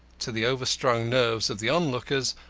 to the overstrung nerves of the onlookers,